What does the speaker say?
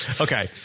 Okay